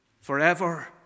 forever